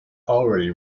already